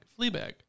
Fleabag